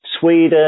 Sweden